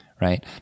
right